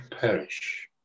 perish